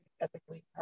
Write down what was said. ethically